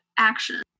Action